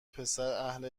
پسراهل